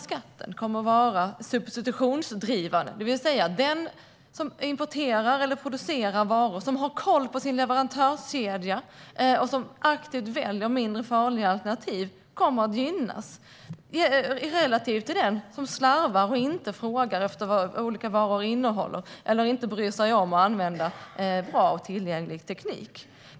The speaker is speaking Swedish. Skatten kommer att vara substitutionsdrivande, det vill säga att den som importerar eller producerar varor och som har koll på sin leverantörskedja och aktivt väljer mindre farliga alternativ kommer att gynnas relativt den som slarvar och inte frågar efter vad olika varor innehåller eller inte bryr sig om att använda bra och tillgänglig teknik.